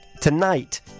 Tonight